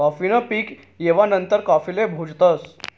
काफी न पीक येवा नंतर काफीले भुजतस